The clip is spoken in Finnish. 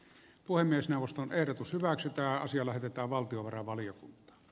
puhemiesneuvoston ehdotus hyväksyttäisiin lähetetään valtiovarainvaliokunta